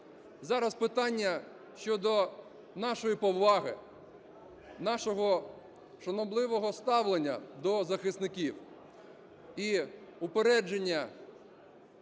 Зараз питання щодо нашої поваги, нашого шанобливого ставлення до захисників і упередженого